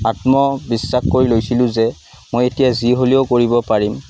আত্মবিশ্বাস কৰি লৈছিলোঁ যে মই এতিয়া যি হ'লেও কৰিব পাৰিম